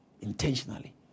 Intentionally